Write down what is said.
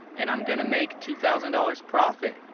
and i'm going to make two thousand dollars profit,